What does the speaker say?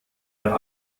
der